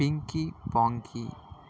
Pinky పాంకిి